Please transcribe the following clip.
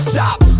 Stop